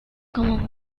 como